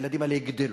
הילדים האלה יגדלו,